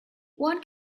one